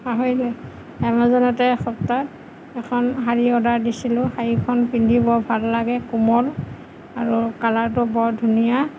পাহৰিলোৱে এমাজনতে এসপ্তাহ এখন শাড়ী অৰ্ডাৰ দিছিলোঁ শাড়ীখন পিন্ধি বৰ ভাল লাগে কোমল আৰু কালাৰটো বৰ ধুনীয়া